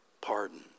pardon